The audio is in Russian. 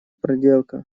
проделка